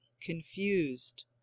confused